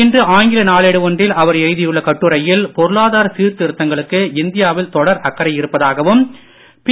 இன்று ஆங்கில நாளேடு ஒன்றில் அவர் எழுதியுள்ள கட்டுரையில் பொருளாதார சீர்திருத்தங்களுக்கு இந்தியாவில் தொடர் அக்கறை இருப்பதாகவும் பி